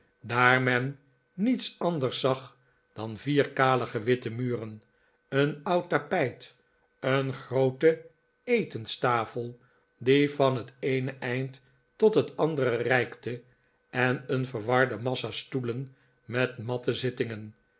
daar men niets anders zag dan vier kale gewitte muren een oud tapijt een groote etenstafel die van het eene eind tot het andere reikte en een verwarde massa stoelen met matten zittingen